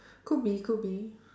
could be could be